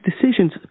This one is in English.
decisions